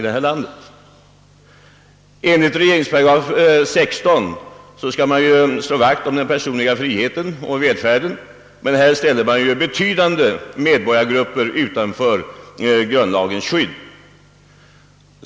Enligt regeringsformens § 16 skall man slå vakt om den personliga friheten och säkerheten, men här ställs betydande medborgargrupper utanför grundlagens skydd.